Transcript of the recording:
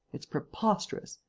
it's preposterous!